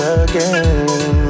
again